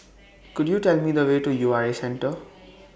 Could YOU Tell Me The Way to U R A Centre